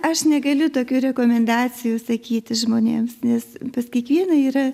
aš negaliu tokių rekomendacijų sakyti žmonėms nes pas kiekvieną yra